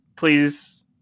please